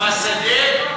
בשדה.